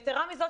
יתרה מזאת,